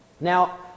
Now